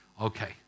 Okay